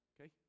Okay